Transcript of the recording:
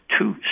two